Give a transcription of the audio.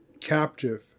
captive